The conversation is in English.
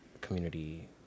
community